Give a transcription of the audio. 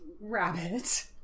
rabbit